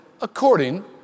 according